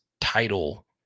title